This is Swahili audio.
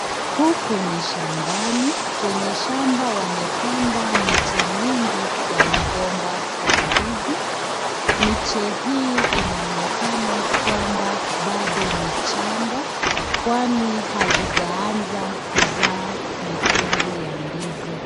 Huku ni shambani. Kwenye shamba wamepanda miche mingi ya migomba ya ndizi. Miche hii inaonekana kwamba bado ni changa kwani hazijaanza kuzaa mikungu ya ndizi.